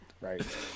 Right